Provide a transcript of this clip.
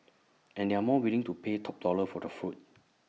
and they are more willing to pay top dollar for the fruit